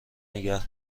نگه